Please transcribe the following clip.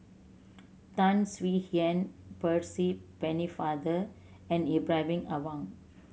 Tan Swie Hian Percy Pennefather and Ibrahim Awang